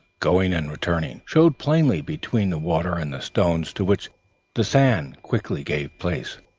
going and returning, showed plainly between the water and the stones to which the sand quickly gave place.